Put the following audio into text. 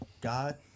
God